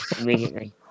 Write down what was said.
immediately